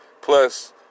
Plus